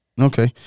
Okay